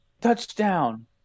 Touchdown